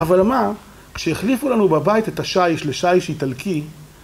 אבל מה, כשהחליפו לנו בבית את השייש לשייש איטלקי